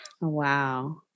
Wow